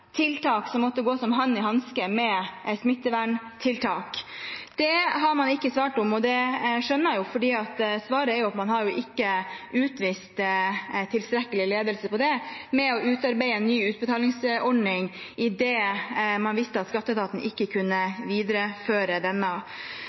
tiltak som måtte passe som hånd i hanske med smitteverntiltak? Det har man ikke svart på, og det skjønner jeg jo, for svaret er at man har ikke utvist tilstrekkelig ledelse på det med å utarbeide en ny utbetalingsordning idet man visste at skatteetaten ikke kunne